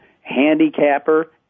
handicapper